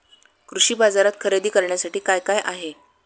कृषी बाजारात खरेदी करण्यासाठी काय काय आहे?